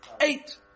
eight